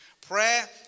Prayer